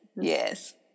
yes